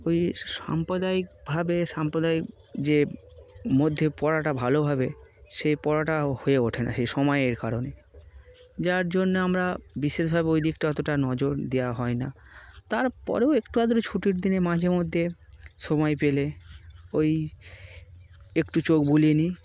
ওই সাম্প্রদায়িকভাবে সাম্প্রদায়িক যে মধ্যে পড়াটা ভালোভাবে সেই পড়াটা হয়ে ওঠে না সেই সময়ের কারণে যার জন্যে আমরা বিশেষভাবে ওই দিকটা অতটা নজর দেওয়া হয় না তারপরেও একটু আাতরে ছুটির দিনে মাঝে মধ্যে সময় পেলে ওই একটু চোখ বুলিয়ে নিই